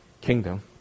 kingdom